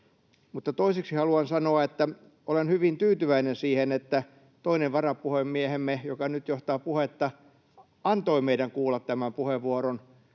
Mutta toiseksi haluan sanoa, että olen hyvin tyytyväinen siihen, että toinen varapuhemiehemme, joka nyt johtaa puhetta, antoi meidän kuulla tämän puheenvuoron.